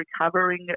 recovering